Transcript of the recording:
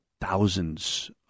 thousands